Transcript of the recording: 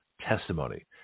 testimony